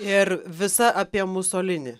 ir visa apie musolinį